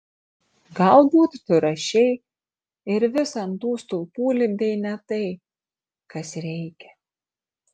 galbūt tu rašei ir vis ant tų stulpų lipdei ne tai kas reikia